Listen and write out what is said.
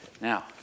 Now